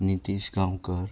Nitish Gaonkar